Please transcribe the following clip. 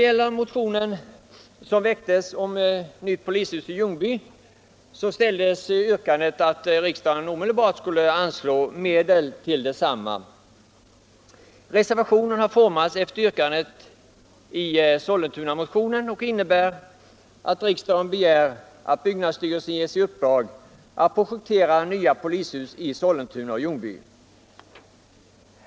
I motionen som gällde polishuset i Ljungby ställdes yrkandet att riksdagen omedelbart skulle anslå erforderliga medel för uppförande av polishus där. Reservationen har formats efter yrkandet i Sollentunamotionen och innebär att riksdagen begär att byggnadsstyrelsen ges i uppdrag att projektera nya polishus i Sollentuna och Ljungby.